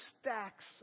stacks